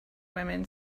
women